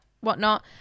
whatnot